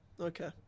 Okay